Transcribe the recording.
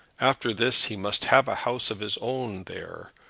after this he must have a house of his own there,